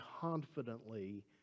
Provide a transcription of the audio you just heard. confidently